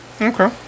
Okay